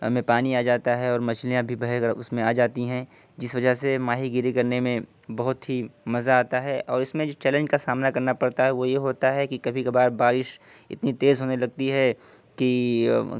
میں پانی آ جاتا ہے اور مچھلیاں بھی بہہ کر اس میں آ جاتی ہیں جس وجہ سے ماہی گیری کرنے میں بہت ہی مزہ آتا ہے اور اس میں جس چیلنج کا سامنا کرنا پڑتا ہے وہ یہ ہوتا ہے کہ کبھی کبھار بارش اتنی تیز ہونے لگتی ہے کہ